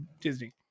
Disney